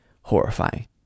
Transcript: horrifying